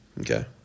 Okay